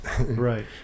Right